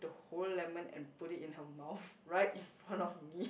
the whole lemon and put it in her mouth right in front of me